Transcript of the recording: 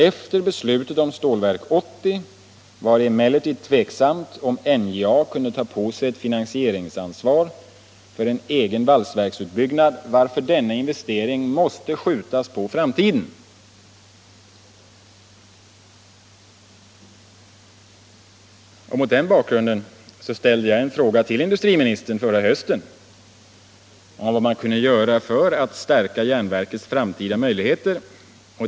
Efter beslutet om Stålverk 80 var det emellertid tveksamt om NJA kunde ta på sig ett finansieringsansvar för en egen valsverksutbyggnad varför denna investering måste skjutas på framtiden.” Mot denna bakgrund ställde jag en fråga till industriministern förra hösten om vad man kunde göra för att stärka järnverkets framtida möjligheter.